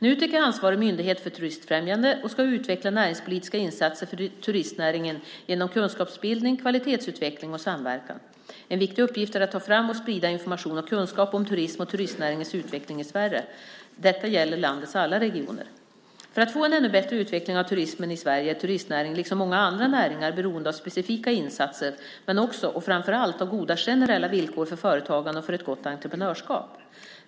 Nutek är ansvarig myndighet för turistfrämjande och ska utveckla näringspolitiska insatser för turistnäringen genom kunskapsbildning, kvalitetsutveckling och samverkan. En viktig uppgift är att ta fram och sprida information och kunskap om turism och turistnäringens utveckling i Sverige. Detta gäller landets alla regioner. För att få en ännu bättre utveckling av turismen i Sverige är turistnäringen, liksom många andra näringar, beroende av specifika insatser men också, och framför allt, av goda generella villkor för företagande och för ett gott entreprenörskap.